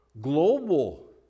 global